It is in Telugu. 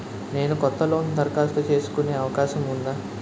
నేను కొత్త లోన్ దరఖాస్తు చేసుకునే అవకాశం ఉందా?